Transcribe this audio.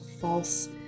false